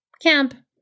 camp